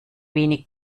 wenig